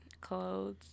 clothes